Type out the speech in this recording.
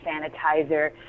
sanitizer